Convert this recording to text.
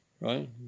right